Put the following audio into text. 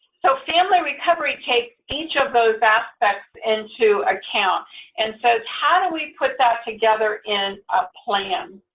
so family recovery takes each of those aspects into account and says, how do we put that together in a plan?